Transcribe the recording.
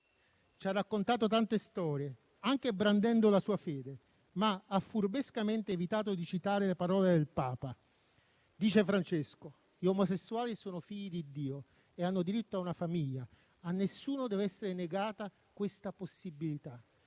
ci ha raccontato tante storie, anche brandendo la sua fede, ma ha furbescamente evitato di citare le parole del Papa. Dice Francesco che gli omosessuali sono figli di Dio e hanno diritto a una famiglia; a nessuno deve essere negata questa possibilità.